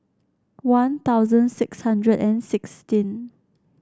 One Thousand six hundred and sixteen